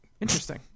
Interesting